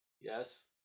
yes